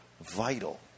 vital